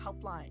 helpline